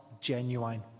genuine